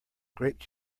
grape